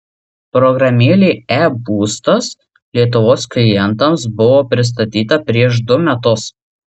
programėlė e būstas lietuvos klientams buvo pristatyta prieš du metus